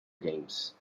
games